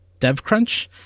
DevCrunch